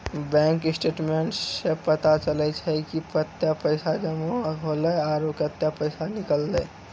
bank statements सें पता चलै छै कि कतै पैसा जमा हौले आरो कतै पैसा निकललै